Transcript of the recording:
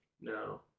No